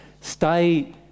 stay